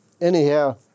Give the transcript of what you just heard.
anyhow